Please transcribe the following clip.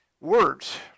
Words